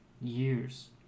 Years